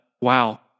Wow